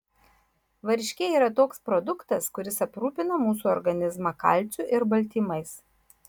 varškė yra toks produktas kuris aprūpina mūsų organizmą kalciu ir baltymais